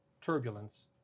turbulence